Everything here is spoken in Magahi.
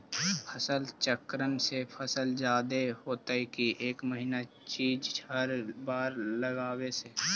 फसल चक्रन से फसल जादे होतै कि एक महिना चिज़ हर बार लगाने से?